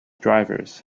drivers